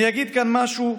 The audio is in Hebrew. אני אגיד כאן משהו.